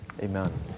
Amen